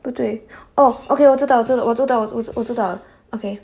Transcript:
不对哦 okay 我知道知道我知道知道我知道了 okay